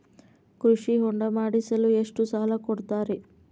ಕೃಷಿ ಹೊಂಡ ಮಾಡಿಸಲು ಎಷ್ಟು ಸಾಲ ಕೊಡ್ತಾರೆ?